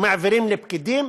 מעבירים לפקידים,